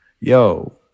Yo